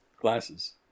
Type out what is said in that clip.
Glasses